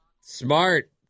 Smart